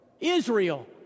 Israel